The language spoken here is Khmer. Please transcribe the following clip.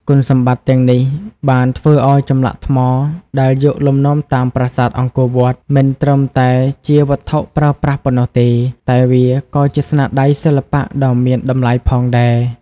គុណសម្បត្តិទាំងនេះបានធ្វើឱ្យចម្លាក់ថ្មដែលយកលំនាំតាមប្រាសាទអង្គរវត្ត មិនត្រឹមតែជាវត្ថុប្រើប្រាស់ប៉ុណ្ណោះទេ តែវាក៏ជាស្នាដៃសិល្បៈដ៏មានតម្លៃផងដែរ។